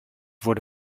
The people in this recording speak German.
wurde